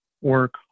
work